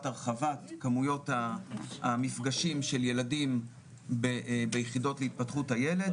הרחבת כמויות המפגשים של ילדים ביחידות להתפתחות הילד.